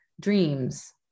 dreams